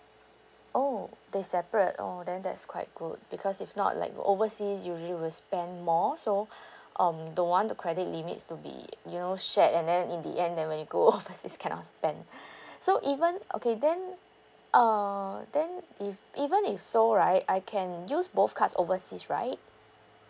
oh they separate oh then that's quite good because if not like overseas usually will spend more so um don't want the credit limits to be you know shared and then in the end then when you go overseas cannot spend so even okay then uh then if even if so right I can use both cards overseas right